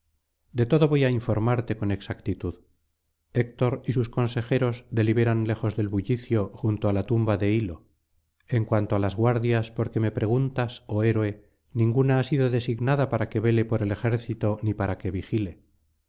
de todo voy á informarte con exactitud héctor y sus consejeros deliberan lejos del bullicio junto á la tumba de lio en cuanto á las guardias por que me preguntas oh héroe ninguna ha sido designada para que vele por el ejército ni para que vigile